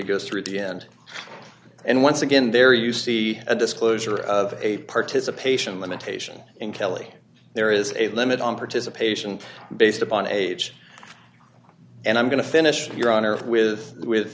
it goes through the end and once again there you see a disclosure of a participation limitation and kelly there is a limit on participation based upon age and i'm going to finish here on earth with